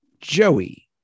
Joey